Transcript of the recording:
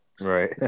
Right